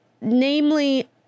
Namely